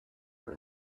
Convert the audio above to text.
your